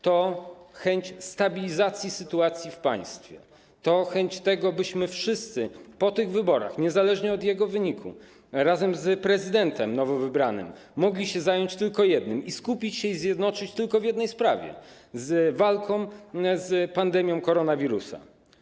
To chęć stabilizacji sytuacji w państwie, to chęć tego, byśmy wszyscy po tych wyborach, niezależnie od ich wyniku, razem z prezydentem nowo wybranym mogli zająć się tylko jednym i skupić się i zjednoczyć tylko dla jednej sprawy: walki z pandemią koronawirusa.